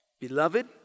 Beloved